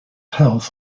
health